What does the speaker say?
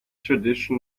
tradition